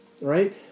right